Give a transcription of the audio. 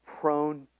prone